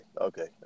okay